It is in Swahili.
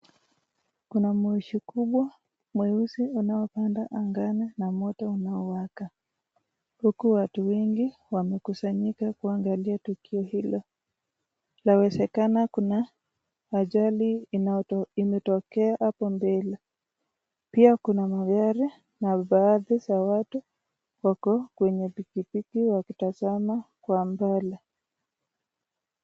Kuna moshi kubwa mweusi unaopanda angani na moto unaowaka. Huku watu wengi wamekusanyika kuangalia tukio hilo. Lawezekana kuna ajali imetokea hapo mbele, pia kuna magari na baadhi za watu wako kwenye pikipiki wakitazama kwa mbali.